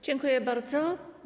Dziękuję bardzo.